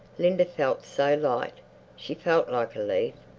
linda felt so light she felt like a leaf.